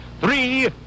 Three